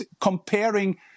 comparing